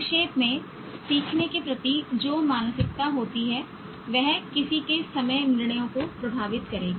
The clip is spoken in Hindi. संक्षेप में सीखने के प्रति जो मानसिकता होती है वह किसी के समग्र निर्णयों को प्रभावित करेगी